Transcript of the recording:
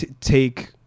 take